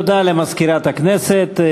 תודה למזכירת הכנסת.